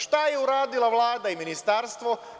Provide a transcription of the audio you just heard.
Šta je uradila Vlada i Ministarstvo?